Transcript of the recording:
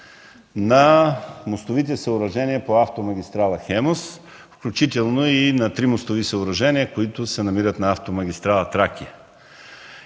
на мостовите съоръжения по автомагистрала „Хемус”, включително и на три мостови съоръжения, които се намират на автомагистрала „Тракия”.